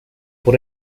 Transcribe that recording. por